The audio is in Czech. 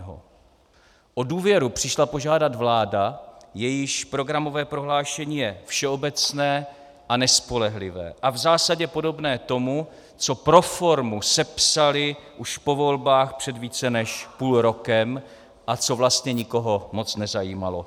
O důvěru přišla požádat vláda, jejíž programové prohlášení je všeobecné a nespolehlivé a v zásadě podobné tomu, co pro formu sepsali už po volbách před více než půl rokem a co vlastně nikoho moc nezajímalo.